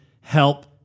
help